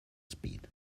speed